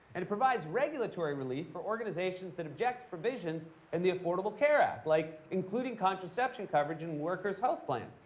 and it provides regulatory relief for organizations that object to provisions in the affordable care act, like including contraception coverage in workers' health plans.